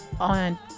on